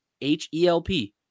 H-E-L-P